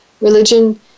religion